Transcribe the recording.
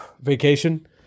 vacation